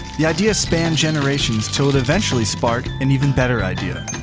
the idea spanned generations til it eventually sparked an even better idea.